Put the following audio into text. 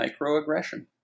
microaggression